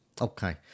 okay